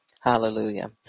Hallelujah